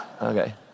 Okay